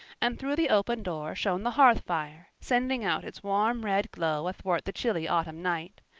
and through the open door shone the hearth fire, sending out its warm red glow athwart the chilly autumn night.